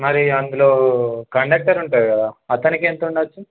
మరి అందులో కండక్టర్ ఉంటాడు కదా అతనికి ఎంత ఉండవచ్చు